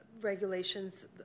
regulations